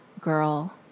girl